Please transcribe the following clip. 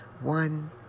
one